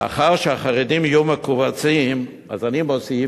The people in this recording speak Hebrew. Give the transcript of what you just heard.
לאחר שהחרדים יהיו מכווצים, אז אני מוסיף: